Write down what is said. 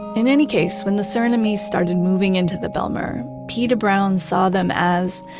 in any case, when the surinamese started moving into the bijlmer, pi de bruijn saw them as,